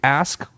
ask